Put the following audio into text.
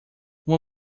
uma